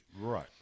Right